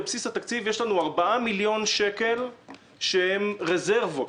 בבסיס התקציב יש 4 מיליון שקל שהם רזרבות.